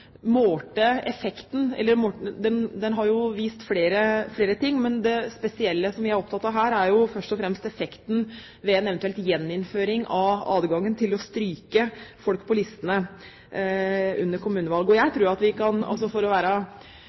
jeg er opptatt av her, er først og fremst effekten av en eventuell gjeninnføring av adgangen til å stryke folk på listene under kommunevalg. For å være balansert i den debatten og også i forhold til samfunnsutviklingen: Jeg tror ikke det hadde hatt dramatiske konsekvenser for